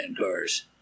cars